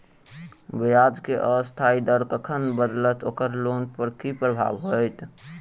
ब्याज केँ अस्थायी दर कखन बदलत ओकर लोन पर की प्रभाव होइत?